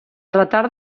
retard